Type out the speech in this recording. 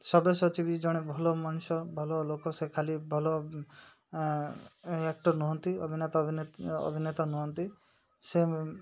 ସବ୍ୟଶାଚୀ ବି ଜଣେ ଭଲ ମଣିଷ ଭଲ ଲୋକ ସେ ଖାଲି ଭଲ ଆକ୍ଟର ନୁହନ୍ତି ଅଭିନେତା ଅଭିନେତା ନୁହନ୍ତି ସେ